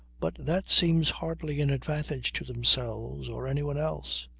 but that seems hardly an advantage to themselves or anyone else.